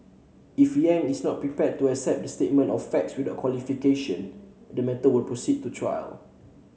if Yang is not prepared to accept the statement of facts without qualification the matter will proceed to trial